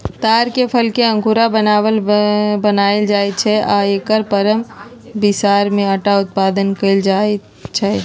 तार के फलके अकूरा बनाएल बनायल जाइ छै आ एकर परम बिसार से अटा उत्पादन कएल जाइत हइ